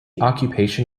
occupation